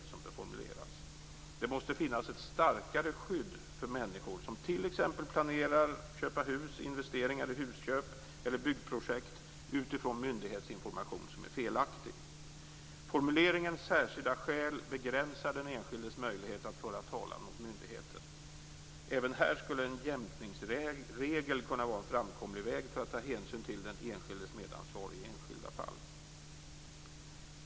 Det måste finnas ett starkare skydd för människor som t.ex. planerar att köpa hus, investeringar i husköp eller byggprojekt utifrån myndighetsinformation som är felaktig. Formuleringen särskilda skäl begränsar den enskildes möjligheter att föra talan mot myndigheten. Även här skulle en jämkningsregel kunna vara en framkomlig väg för att ta hänsyn till den enskildes medansvar i enskilda fall.